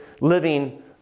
living